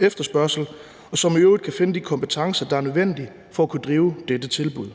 efterspørgsel, og som i øvrigt kan finde de kompetencer, der er nødvendige for at kunne drive dette tilbud.